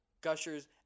Gushers